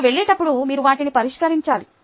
మీరు వెళ్ళేటప్పుడు మీరు వాటిని పరిష్కరించాలి